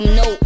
no